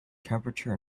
temperature